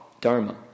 dharma